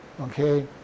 Okay